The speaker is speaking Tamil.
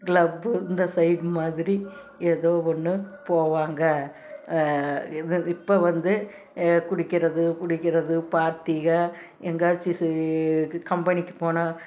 க்ளப்பு இந்த சைட் மாதிரி ஏதோ ஒன்று போவாங்க இது இப்போ வந்து குடிக்கிறது குடிக்கிறது பார்ட்டிகள் எங்காச்சும் சே கம்பெனிக்கு போனால்